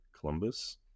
Columbus